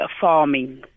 farming